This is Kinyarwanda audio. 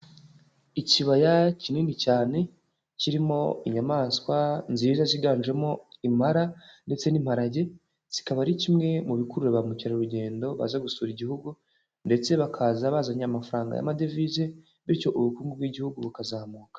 Ikibaya kinini cyane kirimo inyamaswa nziza ziganjemo impara ndetse n'imparage, zikaba ari kimwe mu bikurura ba mukerarugendo baza gusura igihugu ndetse bakaza bazanye amafaranga y'amadevize, bityo ubukungu bw'igihugu bukazamuka.